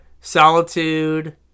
Solitude